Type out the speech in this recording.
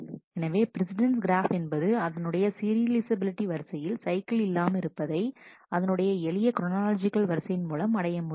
எனவே precedence graph என்பது அதனுடைய சீரியலைஃசபிலிட்டி வரிசையில் சைக்கிள் இல்லாமல் இருப்பதை அதனுடைய எளிய குரானாலாஜிக்கல் வரிசையின் மூலம் அடைய முடியும்